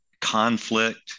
conflict